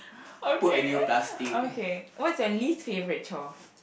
okay okay what is your least favourite chore